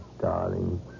darling